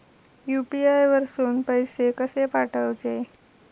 UPI वरसून पैसे कसे पाठवचे?